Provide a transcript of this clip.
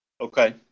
Okay